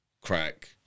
crack